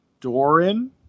Doran